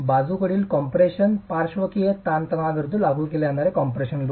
बाजूकडील कॉम्प्रेशन पार्श्वकीय तणावाविरूद्ध लागू केले जाणारे कॉम्प्रेशन लोड